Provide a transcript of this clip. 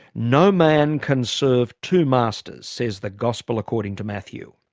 no man can serve two masters, says the gospel according to matthew.